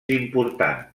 important